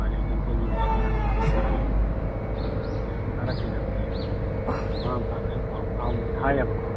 ꯎꯄꯥꯏ ꯂꯩꯇꯕꯗꯒꯤ ꯃꯁꯥ ꯉꯝꯗꯕꯗꯒꯤ ꯀꯔꯤ ꯀꯥꯔꯛꯈꯤꯗꯕꯅꯤ ꯑꯗꯨ ꯃꯃꯥ ꯃꯄꯥꯒꯁꯨ ꯄꯥꯎ ꯐꯥꯎꯅꯔꯦꯅ ꯍꯥꯏꯌꯦꯕꯀꯣ